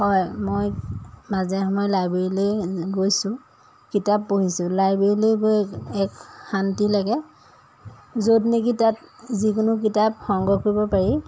হয় মই মাজে সময়ে লাইব্ৰেৰীলৈ গৈছোঁ কিতাপ পঢ়িছোঁ লাইব্ৰেৰীলৈ গৈ এক শান্তি লাগে য'ত নেকি তাত যিকোনো কিতাপ সংগ্ৰহ কৰিব পাৰি